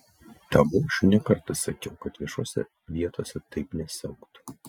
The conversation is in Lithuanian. tamošiui ne kartą sakiau kad viešose vietose taip nesielgtų